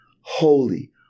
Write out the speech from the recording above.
holy